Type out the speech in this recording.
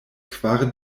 kvar